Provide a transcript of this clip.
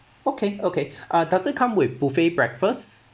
okay okay uh does it come with buffet breakfast